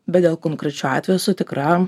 bet dėl konkrečių atveju esu tikra